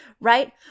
right